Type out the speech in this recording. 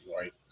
right